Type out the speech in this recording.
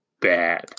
bad